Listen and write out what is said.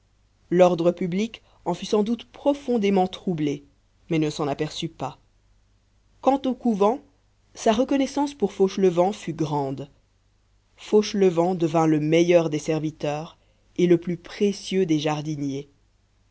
l'ordre public en fut sans doute profondément troublé mais ne s'en aperçut pas quant au couvent sa reconnaissance pour fauchelevent fut grande fauchelevent devint le meilleur des serviteurs et le plus précieux des jardiniers